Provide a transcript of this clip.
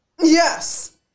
yes